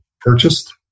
purchased